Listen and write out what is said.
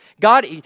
God